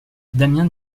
damiens